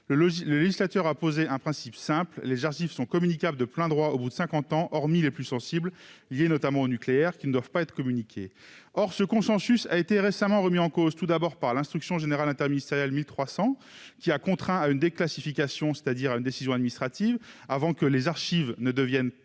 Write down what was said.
Le législateur a posé un principe simple : les archives sont communicables de plein droit au bout de cinquante ans, hormis les plus sensibles, notamment celles qui sont liées au nucléaire. Or ce consensus a été récemment remis en cause, tout d'abord par l'instruction générale interministérielle 1300, qui a contraint à une déclassification, c'est-à-dire à une décision administrative, avant que les archives ne deviennent